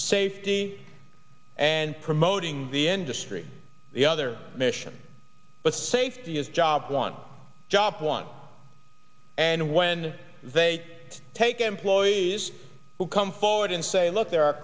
safety and promoting the industry the other mission but safety is job one job one and when they take employees who come forward and say look there are